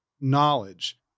knowledge